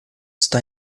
está